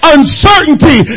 uncertainty